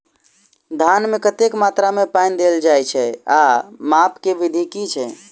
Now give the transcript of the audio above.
धान मे कतेक मात्रा मे पानि देल जाएँ छैय आ माप केँ विधि केँ छैय?